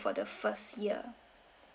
for the first year